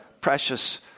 precious